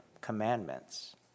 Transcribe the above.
commandments